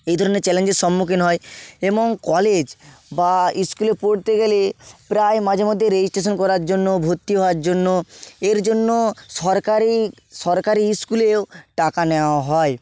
এই ধরনের চ্যালেঞ্জের সম্মুখীন হয় এবং কলেজ বা স্কুলে পড়তে গেলে প্রায় মাঝে মধ্যে রেজিস্ট্রেশন করার জন্য ভর্তি হওয়ার জন্য এর জন্য সরকারি সরকারী স্কুলেও টাকা নেওয়া হয়